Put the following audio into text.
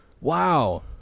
wow